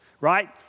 Right